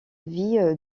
vie